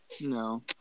No